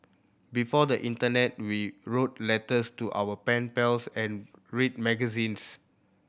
before the internet we wrote letters to our pen pals and read magazines